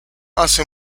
hace